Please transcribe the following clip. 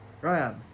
Ryan